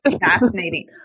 fascinating